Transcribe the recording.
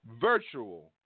virtual